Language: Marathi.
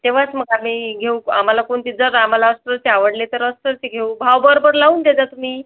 तेव्हाच मग आम्ही घेऊ आम्हाला कोणती जर आम्हाला जर ते आवडले तरच तर ते घेऊ भाव बरोबर लावून देत जा तुम्ही